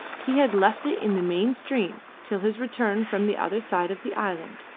he had left it in the main stream till his return from the other side of the island.